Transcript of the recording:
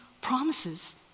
promises